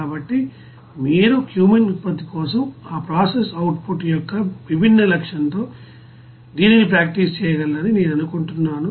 కాబట్టి మీరు క్యూమీన్ ఉత్పత్తి కోసం ఆ ప్రాసెస్ అవుట్ పుట్ యొక్క విభిన్న లక్ష్యంతో దీనిని ప్రాక్టీస్ చేయగలరని నేను అనుకుంటున్నాను